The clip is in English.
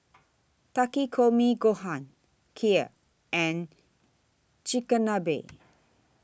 Takikomi Gohan Kheer and Chigenabe